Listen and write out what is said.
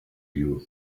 you